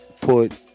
put